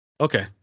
Okay